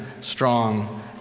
strong